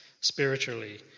spiritually